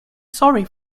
sorry